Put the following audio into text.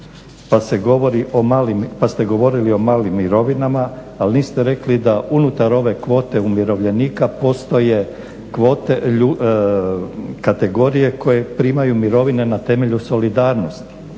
Pa ste govorili o malim mirovinama, ali niste rekli da unutar ove kvote umirovljenika postoje kategorije koje primaju mirovine na temelju solidarnosti